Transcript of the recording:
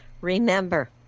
remember